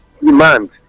Demand